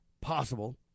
possible